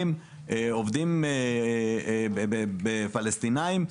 עובדים פלסטינים.